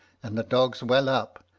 and the dogs well up,